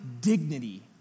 dignity